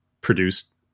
produced